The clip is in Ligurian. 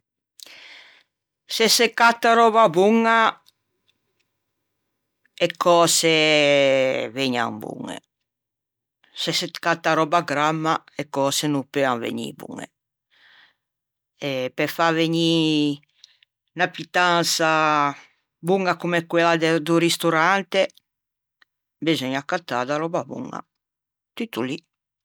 Se se catta röba boña e cöse vëgnan boñe, se se catta röba gramma e cöse no peuan vegnî boñe, e pe fâ vegnî unna pittansa boña comme quella de do ristorante, beseugna cattâ da röba boña. Tutto lì.